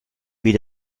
wie